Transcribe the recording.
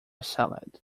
salad